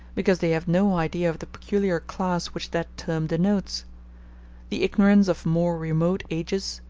because they have no idea of the peculiar class which that term denotes the ignorance of more remote ages,